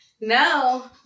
no